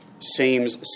seems